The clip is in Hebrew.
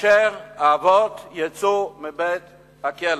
כאשר האבות יצאו מבית-הכלא.